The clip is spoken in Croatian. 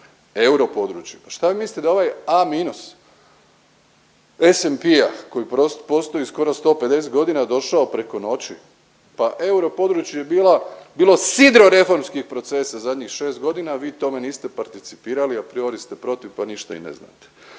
Europodručje. Pa šta vi mislite da je ovaj A- SMP-a koji postoji skoro 150 godina došao preko noći? Pa europodručje je bila, bilo sidro reformskih procesa zadnjih 6 godina, a vi tome niste participirali, apriori ste protiv pa ništa i ne znate.